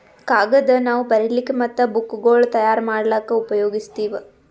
ಕಾಗದ್ ನಾವ್ ಬರಿಲಿಕ್ ಮತ್ತ್ ಬುಕ್ಗೋಳ್ ತಯಾರ್ ಮಾಡ್ಲಾಕ್ಕ್ ಉಪಯೋಗಸ್ತೀವ್